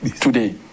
today